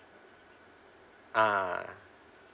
ah